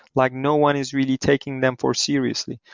like no one is really taking them for seriously.